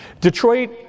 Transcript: Detroit